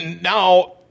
now